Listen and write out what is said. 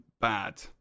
bad